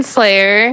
Slayer